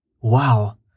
Wow